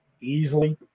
easily